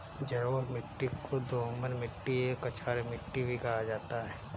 जलोढ़ मिट्टी को दोमट मिट्टी या कछार मिट्टी भी कहा जाता है